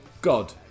God